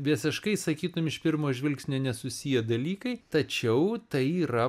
visiškai sakytum iš pirmo žvilgsnio nesusiję dalykai tačiau tai yra